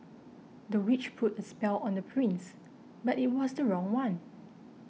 the witch put a spell on the prince but it was the wrong one